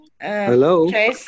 Hello